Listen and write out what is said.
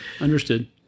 Understood